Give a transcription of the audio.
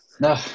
No